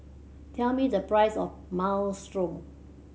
tell me the price of Minestrone